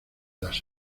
las